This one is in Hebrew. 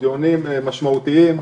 דיונים משמעותיים,